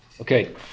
Okay